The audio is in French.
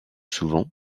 souvent